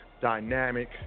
dynamic